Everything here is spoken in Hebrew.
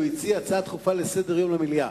כי הוא הציע הצעה דחופה לסדר-היום למליאה.